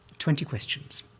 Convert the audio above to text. twenty questions,